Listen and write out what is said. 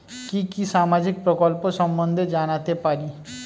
কি কি সামাজিক প্রকল্প সম্বন্ধে জানাতে পারি?